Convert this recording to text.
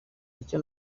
icyo